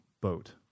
boat